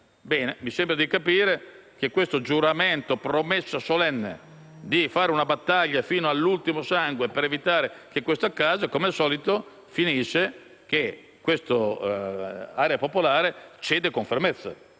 Mi sembra di capire che questo giuramento o promessa solenne di fare una battaglia all'ultimo sangue per evitare che questo accada, come al solito finirà con Area Popolare che cede con fermezza.